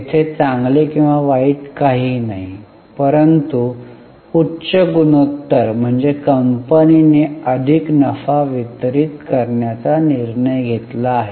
तेथे चांगले किंवा वाईट काहीही नाही परंतु उच्च गुणोत्तर म्हणजे कंपनीने अधिक नफा वितरित करण्याचा निर्णय घेतला आहे